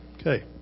Okay